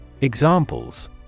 Examples